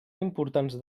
importants